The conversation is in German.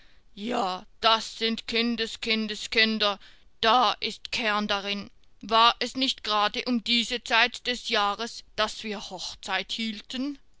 ja das sind kindeskindeskinder da ist kern darin war es nicht gerade um diese zeit des jahres daß wir hochzeit hielten